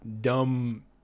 dumb